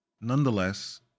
Nonetheless